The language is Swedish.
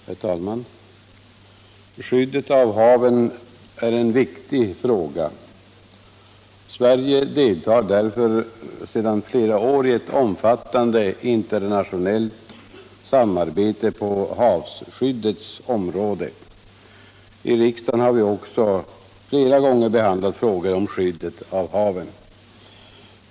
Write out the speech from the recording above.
Herr talman! Skyddet av haven är en viktig fråga. Sverige deltar därför sedan flera år i ett omfattande internationellt samarbete på havsskyddets område. I riksdagen har vi också flera gånger behandlat frågor om skyddet av haven.